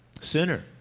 Sinner